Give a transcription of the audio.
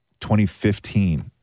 2015